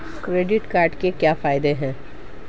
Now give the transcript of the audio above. Credit card के क्या फायदे हैं?